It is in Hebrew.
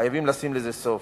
חייבים לשים לזה סוף.